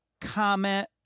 comment